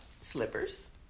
Slippers